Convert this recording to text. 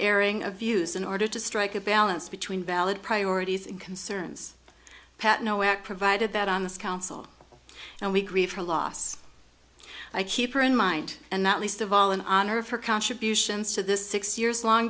airing of views in order to strike a balance between valid priorities and concerns pat nowhere provided that on this council and we grieve for a loss i keep in mind and not least of all in honor of her contributions to this six years long